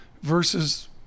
versus